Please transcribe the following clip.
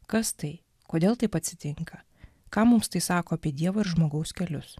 kas tai kodėl taip atsitinka ką mums tai sako apie dievo ir žmogaus kelius